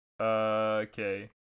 Okay